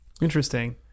Interesting